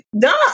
done